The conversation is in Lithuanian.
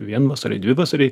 vienvasariai dvivasariai